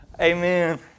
Amen